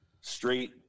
straight